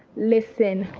listen,